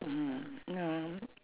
mm ya